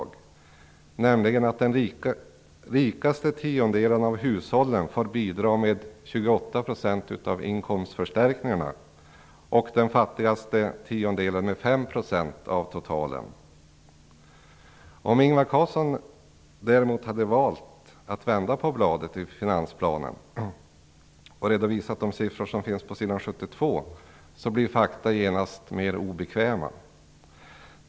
Där framgår det att den rikaste tiondelen av hushållen får bidra med 28 % av inkomstförstärkningarna, och den fattigaste tiondelen bidrar med Om Ingvar Carlsson däremot hade valt att vända på bladet och redovisat de siffror som finns på s. 72, blir fakta genast mer obekväma.